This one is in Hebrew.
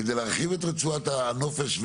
כדי להרחיב את רצועת הנופש,